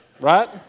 right